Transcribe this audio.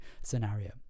scenario